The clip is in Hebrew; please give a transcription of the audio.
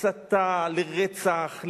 הסתה לרצח,